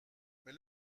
mais